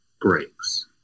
breaks